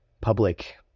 public